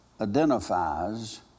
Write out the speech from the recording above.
identifies